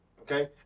okay